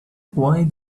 why